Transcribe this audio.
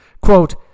Quote